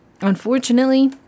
unfortunately